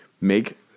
Make